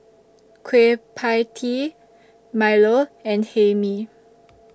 Kueh PIE Tee Milo and Hae Mee